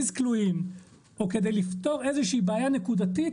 או כדי לפתור איזושהי בעיה נקודתית,